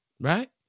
Right